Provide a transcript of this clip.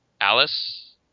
Alice